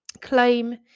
claim